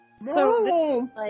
No